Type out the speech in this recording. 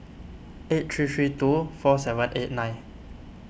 eight three three two four seven eight nine